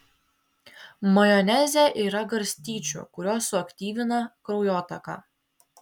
majoneze yra garstyčių kurios suaktyvina kraujotaką